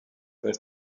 per